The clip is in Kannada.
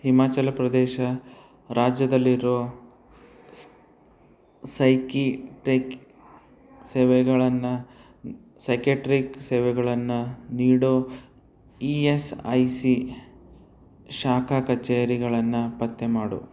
ಹಿಮಾಚಲ ಪ್ರದೇಶ ರಾಜ್ಯದಲ್ಲಿರೋ ಸ್ ಸೈಕಿ ಟ್ರಿಕ್ ಸೇವೆಗಳನ್ನು ಸೈಕಿಯಾಟ್ರಿ ಸೇವೆಗಳನ್ನು ನೀಡೋ ಇ ಎಸ್ ಐ ಸಿ ಶಾಖ ಕಚೇರಿಗಳನ್ನು ಪತ್ತೆ ಮಾಡು